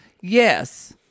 Yes